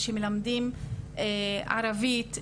שמלמדים ערבית,